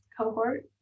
cohort